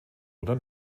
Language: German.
oder